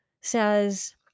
says